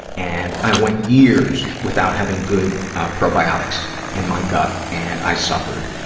and i went years without having good probiotics in my gut and i suffered.